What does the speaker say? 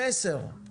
אני